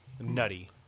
Nutty